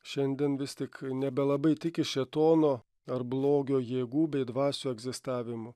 šiandien vis tik nebelabai tiki šėtono ar blogio jėgų bei dvasių egzistavimu